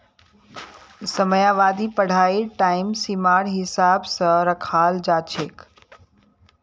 समयावधि पढ़ाईर टाइम सीमार हिसाब स रखाल जा छेक